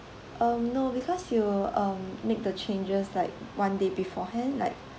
um no because you um make the changes like one day beforehand like